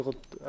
צריך להיות אדם.